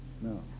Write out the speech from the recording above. no